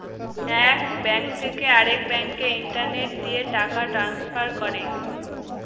এক ব্যাঙ্ক থেকে আরেক ব্যাঙ্কে ইন্টারনেট দিয়ে টাকা ট্রান্সফার করে